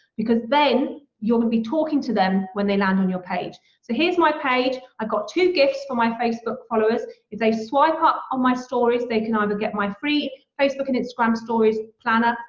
because then, you're gonna be talking to them when they land on your page. so here's my page, i've ah got two gifts for my facebook followers, it's a swipe up on my stories, they can either get my free facebook and instagram stories planner,